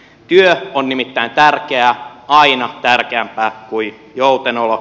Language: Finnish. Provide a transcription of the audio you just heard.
työ on nimittäin tärkeää aina tärkeämpää kuin joutenolo